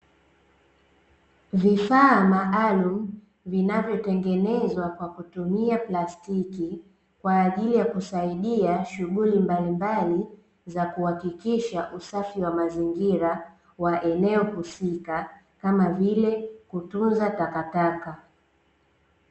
Vifaa maalumu vinavyotengenezwa kwa kutumia plastiki, kwa ajili ya kusaidia shughuli mbalimbali za kuhakikisha usafi wa mazingira wa eneo husika kama vile kutunza takataka.